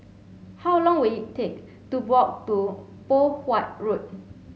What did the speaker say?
how long will it take to walk to Poh Huat Road